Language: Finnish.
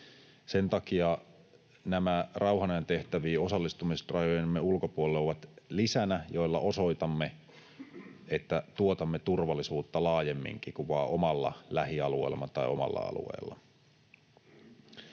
Sen takia nämä rauhan ajan tehtäviin osallistumiset rajojemme ulkopuolelle ovat lisä, jolla osoitamme, että tuotamme turvallisuutta laajemminkin kuin vain omalla lähialueellamme tai omalla alueella.